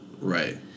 Right